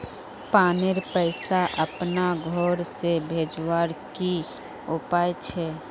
पानीर पैसा अपना घोर से भेजवार की उपाय छे?